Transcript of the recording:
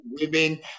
women